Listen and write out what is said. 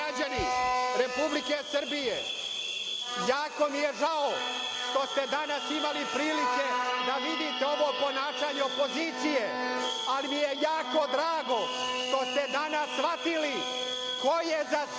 Republike Srbije, jako mi je žao što ste danas imali prilike da vidite ovo ponašanje opozicije, ali mi je jako drago što ste danas shvatili ko je za